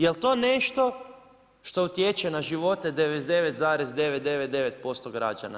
Jel to nešto što utječe na živote 99,999% građana?